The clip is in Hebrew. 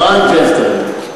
טרנסג'נדרית.